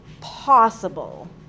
possible